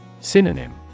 Synonym